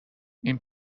این